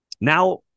Now